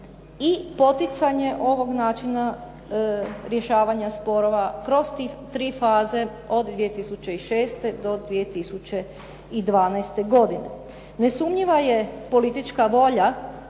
i poticanje ovog načina rješavanja sporova kroz te tri faze od 2006. do 2012. godine. Nesumnjiva je politička volja